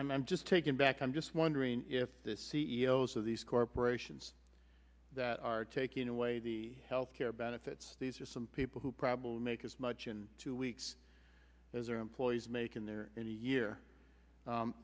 i'm just taking back i'm just wondering if the c e o s of these corporations that are taking away the health care benefits these are some people who probably make as much in two weeks as their employees make in their in a year